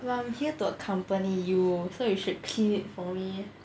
well I'm here to accompany you so you should clean it for me